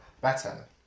better